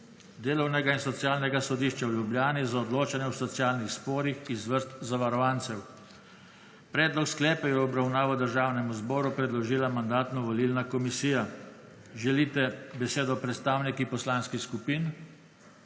Delovnega in socialnega sodišča v Ljubljani za odločanje v socialnih sporih iz vrst zavarovancev. Predlog sklepa je v obravnavo Državnemu zboru predložila Mandatno-volilna komisija. Želite besedo predstavniki poslanskih skupin?